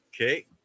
Okay